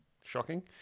Shocking